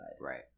Right